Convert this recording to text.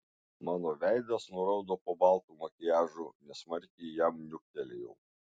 mano veidas nuraudo po baltu makiažu nesmarkiai jam niuktelėjau